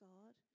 God